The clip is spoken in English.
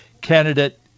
candidate